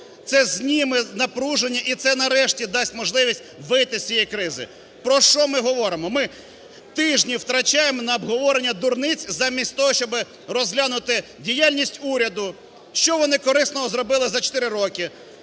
Це зніме напруження і це нарешті дасть можливість вийти з цієї кризи. Про що ми говоримо, ми тижні втрачаємо на обговорення дурниць замість того, щоб розглянути діяльність уряду, що вони корисного зробили за чотири